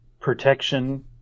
Protection